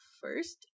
first